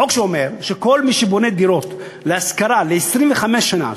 החוק אומר שכל מי שבונה דירות להשכרה ל-25 שנה,